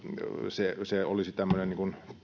sekin olisi tämmöinen